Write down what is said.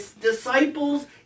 disciples